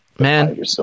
Man